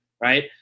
right